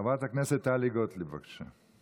חברת הכנסת טלי גוטליב, בבקשה.